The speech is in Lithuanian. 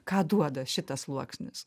ką duoda šitas sluoksnis